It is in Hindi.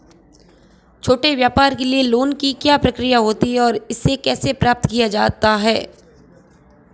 छोटे व्यापार के लिए लोंन की क्या प्रक्रिया होती है और इसे कैसे प्राप्त किया जाता है?